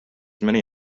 many